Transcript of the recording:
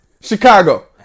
Chicago